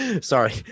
Sorry